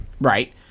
Right